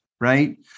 right